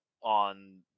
on